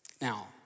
Now